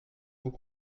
vous